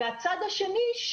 והצד השני,